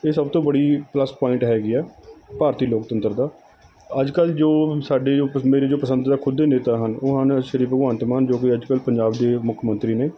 ਇਹ ਸਭ ਤੋਂ ਬੜੀ ਪਲੱਸ ਪੁਆਇੰਟ ਹੈਗੀ ਹੈ ਭਾਰਤੀ ਲੋਕਤੰਤਰ ਦਾ ਅੱਜ ਕੱਲ੍ਹ ਜੋ ਸਾਡੇ ਜੋ ਮੇਰੇ ਜੋ ਪਸੰਦੀਦਾ ਖ਼ੁਦ ਦੇ ਨੇਤਾ ਹਨ ਉਹ ਹਨ ਸ਼੍ਰੀ ਭਗਵੰਤ ਮਾਨ ਜੋ ਕਿ ਅੱਜ ਕੱਲ੍ਹ ਪੰਜਾਬ ਦੇ ਮੁੱਖ ਮੰਤਰੀ ਨੇ